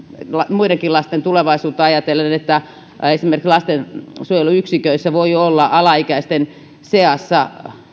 muidenkin lasten tulevaisuutta ajatellen että esimerkiksi lastensuojeluyksiköissä voi olla alaikäisten seassa